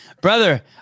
Brother